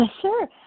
Sure